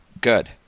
Good